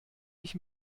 ich